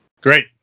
Great